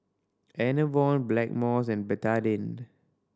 Enervon Blackmores and Betadine